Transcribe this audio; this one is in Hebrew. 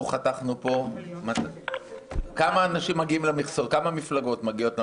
כמה מפלגות מגיעות למכסות?